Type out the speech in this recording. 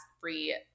free